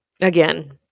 Again